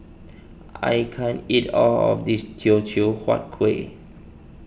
I can't eat all of this Teochew Huat Kueh